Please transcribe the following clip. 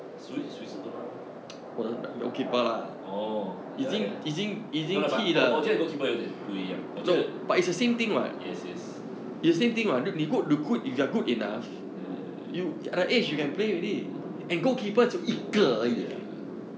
谁谁是 don't know oh ya ya no lah but 我我觉得 goalkeeper 有一点不一样我觉得 yes yes ya ya ya ya